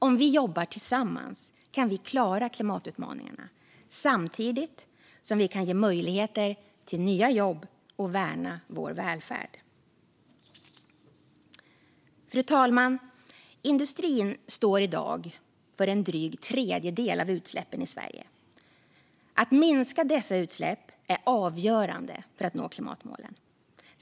Om vi jobbar tillsammans kan vi klara klimatutmaningarna samtidigt som vi kan ge möjligheter till nya jobb och värna vår välfärd. Fru talman! Industrin står i dag för en dryg tredjedel av utsläppen i Sverige. Att minska dessa utsläpp är avgörande för att nå klimatmålen.